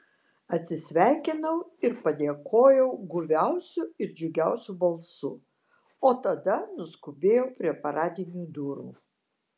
atsisveikinau ir padėkojau guviausiu ir džiugiausiu balsu o tada nuskubėjau prie paradinių durų